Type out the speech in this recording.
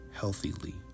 healthily